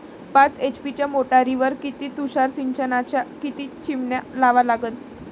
पाच एच.पी च्या मोटारीवर किती तुषार सिंचनाच्या किती चिमन्या लावा लागन?